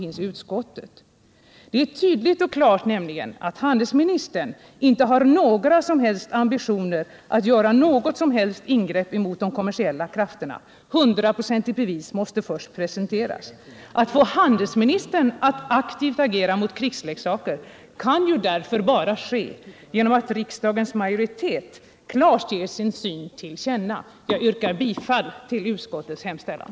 Det är nämligen tydligt och klart att handelsministern inte har några som helst ambitioner att göra något som helst ingrepp mot de kommersiella krafterna. Hundraprocentiga bevis måste först presenteras. Att få handelsministern att aktivt agera mot krigsleksaker är bara möjligt genom att riksdagens majoritet klart ger sin syn till känna. Jag yrkar bifall till utskottets hemställan.